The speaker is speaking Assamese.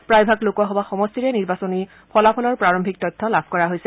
প্ৰায়ভাগ লোকসভা সমষ্টিৰে নিৰ্বাচনী ফলাফলৰ প্ৰাৰম্ভিক তথ্য লাভ কৰা হৈছে